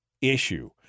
issue